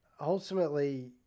ultimately